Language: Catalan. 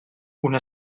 una